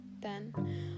Then